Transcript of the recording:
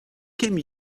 came